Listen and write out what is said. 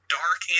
dark